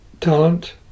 talent